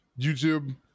YouTube